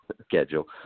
Schedule